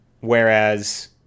Whereas